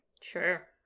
sure